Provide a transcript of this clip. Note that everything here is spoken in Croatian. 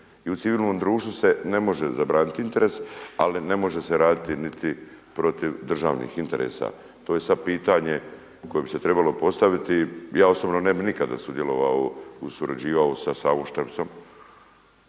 I u civilnom društvu se ne može zabraniti interes, ali ne može se raditi niti protiv državnih interesa, to je sada pitanje koje bi se trebalo postaviti. I ja osobno ne bi nikada sudjelovao i surađivao sa Savom Štrbcom